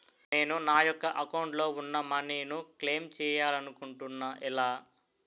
నేను నా యెక్క అకౌంట్ లో ఉన్న మనీ ను క్లైమ్ చేయాలనుకుంటున్నా ఎలా?